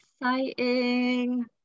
exciting